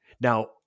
Now